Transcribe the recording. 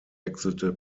wechselte